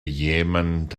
jemand